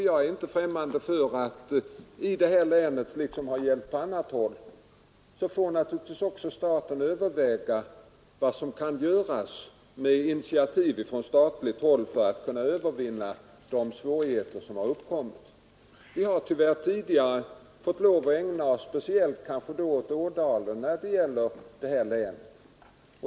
Jag är inte främmande för att staten i detta län liksom skett på andra håll får överväga särskilda initiativ för att övervinna de svårigheter som råder. Vi har tidigare fått lov att ägna oss speciellt åt Ådalen när det gäller detta län.